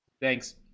Thanks